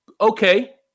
okay